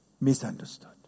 misunderstood